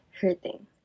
hurting